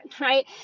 Right